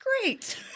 Great